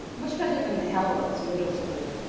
much better than the hell that was middle school.